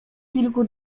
kilku